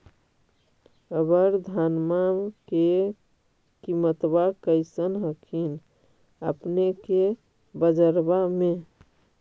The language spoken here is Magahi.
अबर धानमा के किमत्बा कैसन हखिन अपने के बजरबा में?